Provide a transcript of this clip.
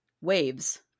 waves